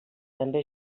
també